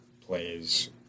plays